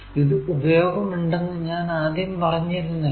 ഇത് ഉപയോഗമുണ്ടെന്നു ഞാൻ ആദ്യം പറഞ്ഞിരുന്നല്ലോ